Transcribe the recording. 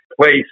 place